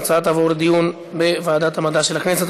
ההצעות תעבורנה לדיון בוועדת המדע של הכנסת.